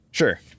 Sure